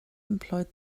employed